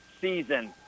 season